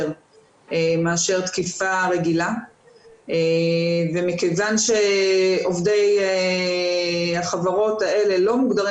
מאשר תקיפה רגילה ומכיוון שעובדי החברות האלה לא מוגדרים